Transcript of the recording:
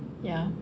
ya